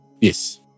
Yes